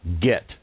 get